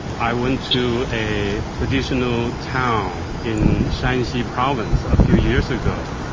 i went to a traditional town in shanxi province a few years ago.